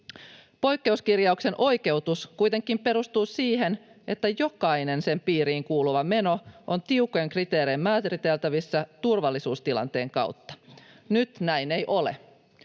Poikkeuskirjauksen oikeutus kuitenkin perustuu siihen, että jokainen sen piiriin kuuluva meno on tiukoin kriteerein määriteltävissä turvallisuustilanteen kautta. Nyt näin ei ole.